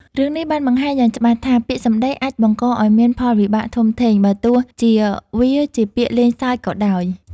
រឿងនេះបានបង្ហាញយ៉ាងច្បាស់ថា ពាក្យសម្តីអាចបង្កឱ្យមានផលវិបាកធំធេង បើទោះជាវាជាពាក្យលេងសើចក៏ដោយ។